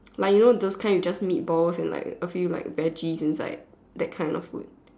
like you know those kind you just meat balls and like a few like veggies inside that kind of food